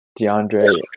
DeAndre